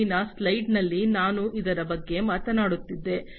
ಹಿಂದಿನ ಸ್ಲೈಡ್ನಲ್ಲಿ ನಾನು ಇದರ ಬಗ್ಗೆ ಮಾತನಾಡುತ್ತಿದ್ದೆ